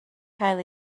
cael